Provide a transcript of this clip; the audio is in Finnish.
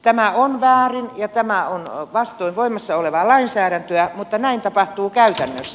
tämä on väärin ja tämä on vastoin voimassa olevaa lainsäädäntöä mutta näin tapahtuu käytännössä